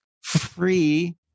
free